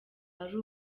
ari